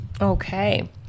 Okay